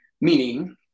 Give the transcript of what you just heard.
Meaning